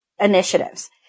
initiatives